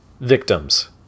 victims